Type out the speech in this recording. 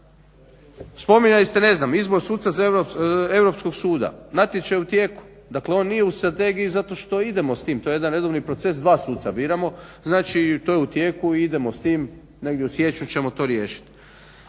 Spominjali ste izbor suca europskog suda. Natječaj je u tijeku, dakle on nije u strategiji zato što idemo s tim, to je jedan redovni proces, dva suca biramo, znači to je u tijeku i idemo s tim, negdje u siječnju ćemo to riješit.